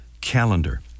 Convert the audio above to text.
calendar